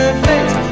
face